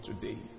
today